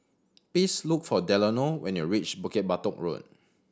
please look for Delano when you reach Bukit Batok Road